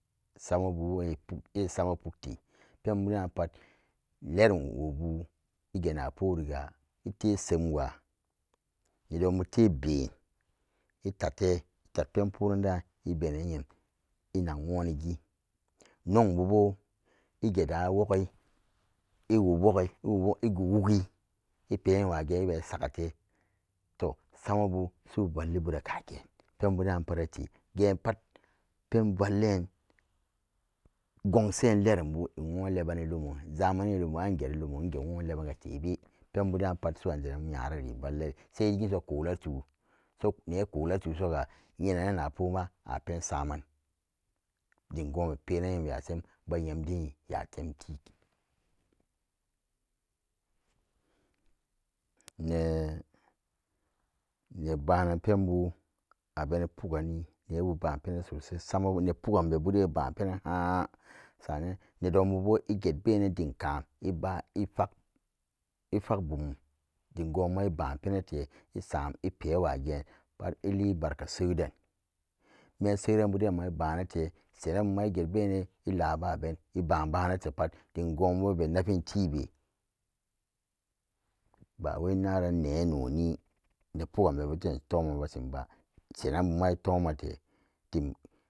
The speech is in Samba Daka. Samabu esama pukte penbu da'an pot lerumwobu egenaporiga ete semwa nedonbute be'en etate etat penporan da'an ebeni nyam inak nwonigi nong bubo eget da woggoi eusub woggai ewowo-egu woggi epeen nyam wageen ebai sakate to samabu su'u vallibura kageen penbu da'an parrate geen pat penvallen gongsen lerumbu nwon lebani lumo zamane lumo angeri lumo nge nwon lebanga tebe penbu da'on pat su'an deran nyarari vallari sai dai ginso kolatu so ne kolatu soga nyenana napoma apen saman dimgo'on be penan nyam yatem nyamdin nyatemti ne ba'anan penbu abeni pugganni nebu ba'an pena sosai samabu ne paggan bebuden eba'an pena ha'an sanan nedon bubo eget benan dimka'an eba-efatg, efag bum dim go'on buma eba'an penate esam epewa geen illibarka seyden menseranbu den ma ebonate senanbuma eget benan elaba ben eba'an baanate pat dingo'onbu ebe nafin tibe bawai naran ne noni ne paggan be buden toman beshinba senanbu etomate dim.